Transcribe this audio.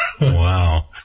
Wow